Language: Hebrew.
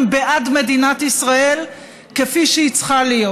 הן בעד מדינת ישראל כפי שהיא צריכה להיות: